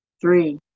three